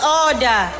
order